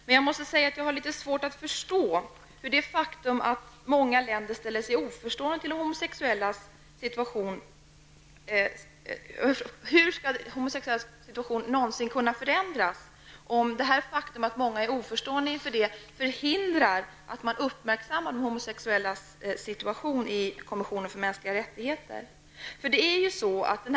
Men jag måste säga att jag har litet svårt att förstå hur de homosexuellas situation någonsin skall kunna förändras, om det faktumet att många länder är oförstående förhindrar att man i kommissionen för mänskliga rättigheter uppmärksammar de homosexellas situation.